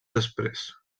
després